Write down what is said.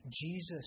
Jesus